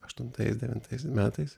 aštuntais devintais metais